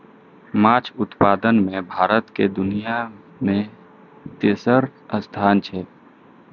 माछ उत्पादन मे भारत के दुनिया मे तेसर स्थान छै